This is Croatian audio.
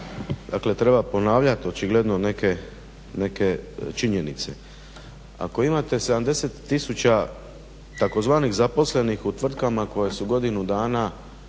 dakle treba ponavljat očigledno neke činjenice. Ako imate 70 000 tzv. zaposlenih u tvrtkama koje su godinu dana